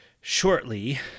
shortly